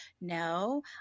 no